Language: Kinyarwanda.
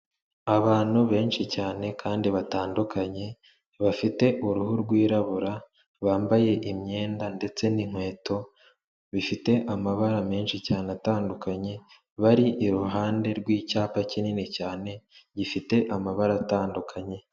Abantu benshi cyane kandi batandukanye bafite uruhu rwirabura bambaye imyenda ndetse n'inkweto bifite amabara menshi cyane atandukanye, bari iruhande rw'icyapa kinini cyane gifite amabara atandukanye.